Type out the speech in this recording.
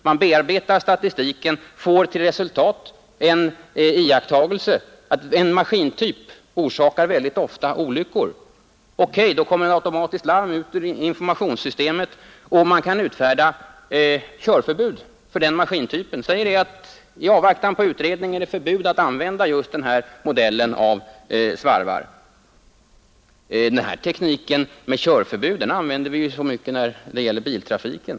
Bearbetningen av statistiken kan t.ex. leda till iakttagelsen att en maskintyp mycket ofta orsakar olyckor. I ett sådant fall skulle informationssystemet automatiskt slå larm, vilket kunde leda till utfärdande av körförbud för maskintypen i fråga. I avvaktan på utredning kan t.ex. användning av en viss svarvmodell förbjudas. Tekniken med körförbud använder vi ju i stor utsträckning inom trafiken.